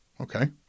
okay